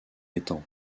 étang